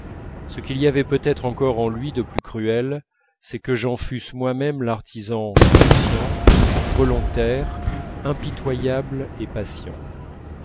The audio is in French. ce qu'il y avait peut-être encore en lui de plus cruel c'est que j'en fusse moi-même l'artisan inconscient volontaire impitoyable et patient